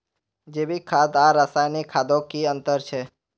जैविक खाद आर रासायनिक खादोत की अंतर छे?